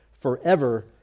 forever